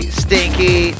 stinky